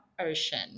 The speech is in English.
Ocean